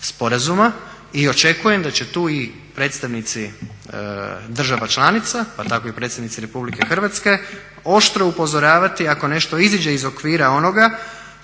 I očekujem da će tu i predstavnici država članica pa tako i predstavnici RH oštro upozoravati ako nešto izađe iz okvira onoga